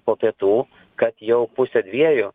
po pietų kad jau pusę dviejų